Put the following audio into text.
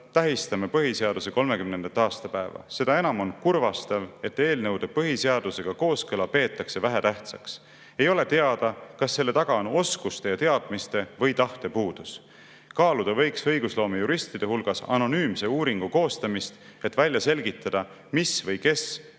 tähistasime põhiseaduse 30. aastapäeva. Seda enam on kurvastav, et eelnõude põhiseadusega kooskõla peetakse vähetähtsaks. Ei ole teada, kas selle taga on oskuste ja teadmiste või tahte puudus. Kaaluda võiks õigusloomejuristide hulgas anonüümse uuringu koostamist, et välja selgitada, mis või kes